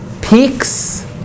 peaks